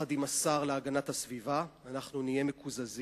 יחד עם השר להגנת הסביבה, אנחנו נהיה מקוזזים.